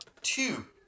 two